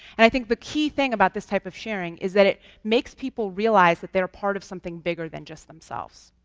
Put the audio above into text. and i think the key thing about this type of sharing is that it makes people realize that they're a part of something bigger than just themselves.